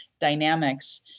dynamics